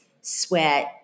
sweat